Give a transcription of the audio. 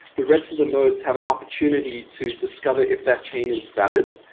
the rest of the nodes have an opportunity to discover if their chain is valid.